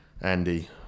Andy